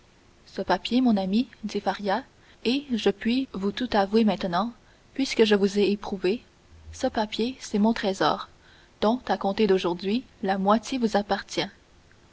ce papier mon ami dit faria est je puis vous tout avouer maintenant puisque je vous ai éprouvé ce papier c'est mon trésor dont à compter d'aujourd'hui la moitié vous appartient